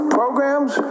programs